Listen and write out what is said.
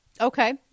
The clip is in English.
Okay